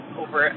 over